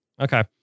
okay